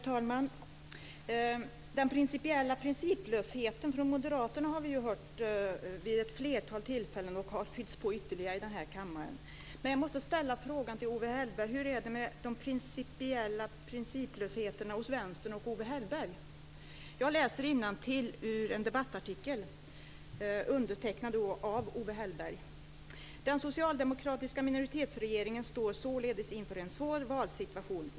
Herr talman! Den principiella principlösheten från moderaternas sida har vi ju mött vid ett flertal tillfällen, och den har fyllts på ytterligare här i kammaren, men jag måste till Owe Hellberg ställa följande fråga: Hur är det med de principiella principlösheterna hos Vänstern och Owe Hellberg? Jag läser innantill ur en debattartikel undertecknad av Owe Hellberg: "Den socialdemokratiska minoritetsregeringen står således inför en svår valsituation.